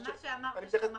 על מה שדיברת שיכניס.